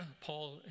Paul